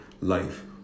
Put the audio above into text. life